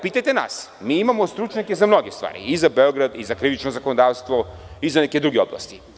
Pitajte nas, mi imamo stručnjake za mnoge stvari i za Beograd, za krivično zakonodavstvo i za neke druge oblasti.